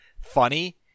funny